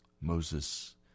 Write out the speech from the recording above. Moses